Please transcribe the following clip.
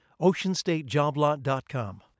OceanStateJobLot.com